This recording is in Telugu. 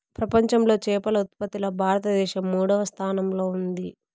ప్రపంచంలో చేపల ఉత్పత్తిలో భారతదేశం మూడవ స్థానంలో ఉంది